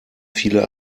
viele